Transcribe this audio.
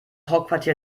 hauptquartier